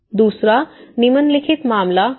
दूसरा निम्नलिखित मामला इका का है